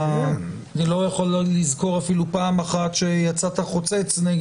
אני לא יכול לזכור אפילו פעם אחת שיצאת חוצץ.